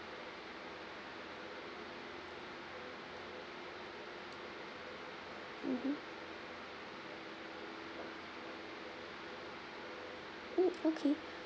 mmhmm mm okay